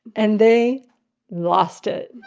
and they lost it